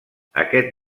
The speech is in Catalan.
aquest